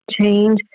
change